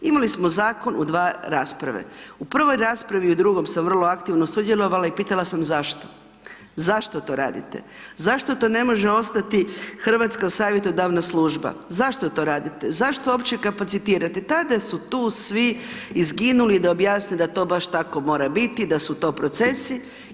Imali smo zakon u dva rasprave, u prvoj raspravi i drugoj sam vrlo aktivno sudjelovala i pitala sam zašto, zašto to radite, zašto to ne može ostati Hrvatska savjetodavna služba, zašto to radite, zašto uopće kapacitirate tada su tu svi izginuli da objasne da to baš tako mora biti, da su to procesi.